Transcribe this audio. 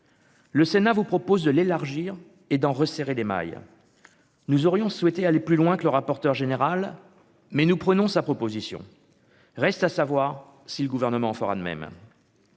Le Sénat vous propose de l'élargir et d'en resserrer les mailles, nous aurions souhaité aller plus loin que le rapporteur général mais nous prenons sa proposition, reste à savoir si le gouvernement fera de même